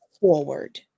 forward